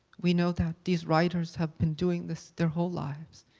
we know that these writers have been doing this their whole lives.